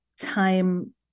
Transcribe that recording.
time